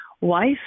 wife